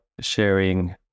sharing